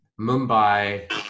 Mumbai